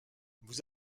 vous